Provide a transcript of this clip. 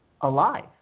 alive